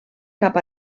cap